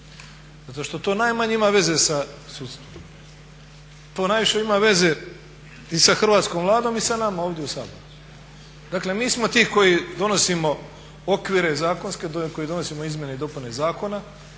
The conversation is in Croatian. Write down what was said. zato što to najmanje ima veze sa sudstvom. To najviše ima veze i sa hrvatskom Vladom i sa nama ovdje u Saboru. Dakle mi smo ti koji donosimo okvire zakonske, koji donosimo izmjene i dopune zakona